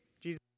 Jesus